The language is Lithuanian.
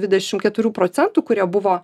dvidešimt keturių procentų kurie buvo